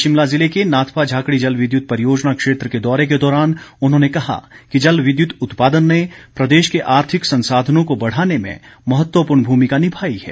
आज शिमला ज़िला के नाथपा झाखड़ी जल विद्युत परियोजना क्षेत्र के दौरे के दौरान उन्होंने कहा कि जल विद्युत उत्पादन ने प्रदेश के आर्थिक संसाधनों को बढ़ाने में महत्वपूर्ण भूमिका निभाई है